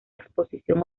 exposición